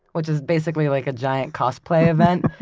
which is basically like a giant cosplay event.